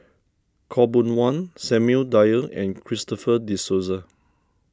Khaw Boon Wan Samuel Dyer and Christopher De Souza